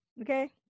Okay